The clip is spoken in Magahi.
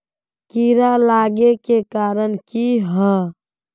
कीड़ा लागे के कारण की हाँ?